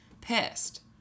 pissed